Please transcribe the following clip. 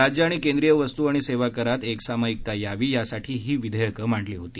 राज्य आणि केंद्रीय वस्त् आणि सेवा करात एकसामायिकता यावी यासाठी ही विधेयकं मांडली होती